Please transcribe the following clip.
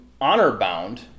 honor-bound